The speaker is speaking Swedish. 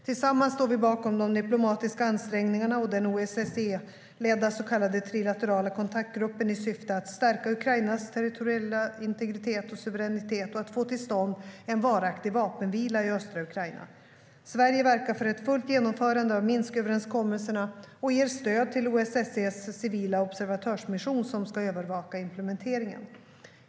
Tillsammans står vi bakom de diplomatiska ansträngningarna och den OSSE-ledda så kallade trilaterala kontaktgruppen, i syfte att säkra Ukrainas territoriella integritet och suveränitet och att få till stånd en varaktig vapenvila i östra Ukraina. Sverige verkar för ett fullt genomförande av Minsköverenskommelserna och ger stöd till OSSE:s civila observatörsmission som ska övervaka implementeringen.